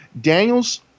Daniels